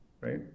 right